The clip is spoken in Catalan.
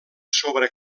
sobre